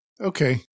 Okay